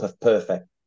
perfect